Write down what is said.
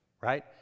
Right